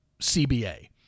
CBA